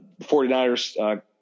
49ers